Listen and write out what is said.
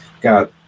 got